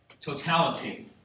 totality